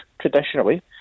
traditionally